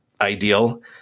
ideal